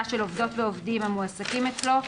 של עובדות ועובדים המועסקים אצלו,